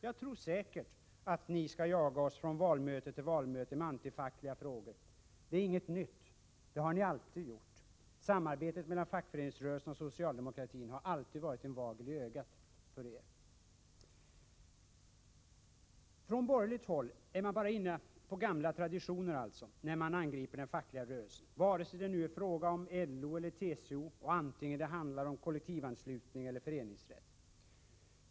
Jag tror säkert att ni skall jaga oss från valmöte till valmöte med antifackliga frågor. Det är ingenting nytt, det har ni alltid gjort. Samarbetet mellan fackföreningsrörelsen och socialdemokratin har alltid varit en vagel i ögat för er. Från borgerligt håll är man alltså inne på gamla traditioner när man angriper den fackliga rörelsen vare sig det nu är fråga om LO och TCO eller kollektivanslutningen och föreningsrätten.